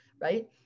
Right